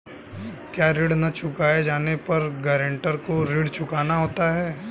क्या ऋण न चुकाए जाने पर गरेंटर को ऋण चुकाना होता है?